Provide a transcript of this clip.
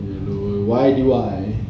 Y D Y